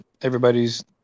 everybody's